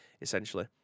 essentially